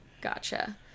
gotcha